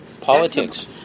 Politics